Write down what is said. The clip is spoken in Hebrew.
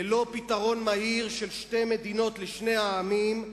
ללא פתרון מהיר של שתי מדינות לשני העמים,